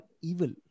evil